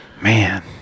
Man